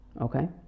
Okay